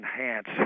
enhance